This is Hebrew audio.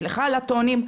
סליחה על הטונים,